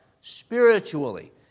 spiritually